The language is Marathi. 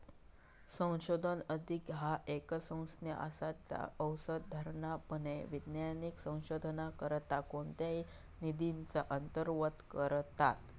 संशोधन निधी ह्या एक संज्ञा असा ज्या सर्वोसाधारणपणे वैज्ञानिक संशोधनाकरता कोणत्याही निधीचो अंतर्भाव करता